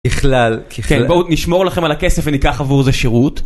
בכלל ... כן בואו נשמור לכם על הכסף וניקח עבור זה שירות.